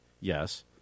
yes